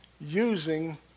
using